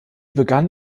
begann